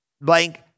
blank